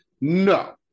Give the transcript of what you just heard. No